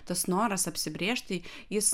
tas noras apsibrėžti jis